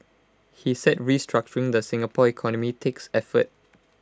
he said restructuring the Singapore economy takes effort